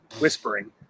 Whispering